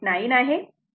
9 आहे